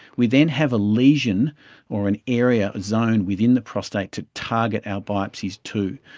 we then have a lesion or an area, a zone within the prostate to target our biopsies to.